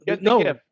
No